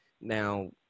Now